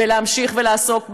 ולהמשיך ולעסוק בסכסוך,